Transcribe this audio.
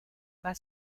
font